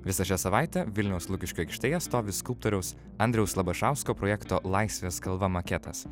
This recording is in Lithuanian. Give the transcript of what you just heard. visą šią savaitę vilniaus lukiškių aikštėje stovi skulptoriaus andriaus labašausko projekto laisvės kalva maketas